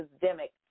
pandemic